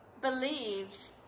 believed